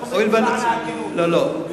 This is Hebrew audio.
זה לפחות למען, איך אומרים?